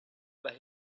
but